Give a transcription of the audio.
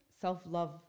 self-love